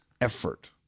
effort